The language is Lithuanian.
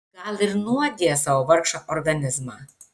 gal ir nuodija savo vargšą organizmą